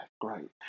great